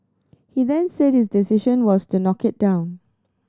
he then said his decision was to knock it down